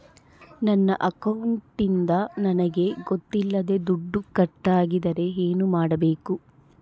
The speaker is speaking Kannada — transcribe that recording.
ನನ್ನ ಅಕೌಂಟಿಂದ ನನಗೆ ಗೊತ್ತಿಲ್ಲದೆ ದುಡ್ಡು ಕಟ್ಟಾಗಿದ್ದರೆ ಏನು ಮಾಡಬೇಕು?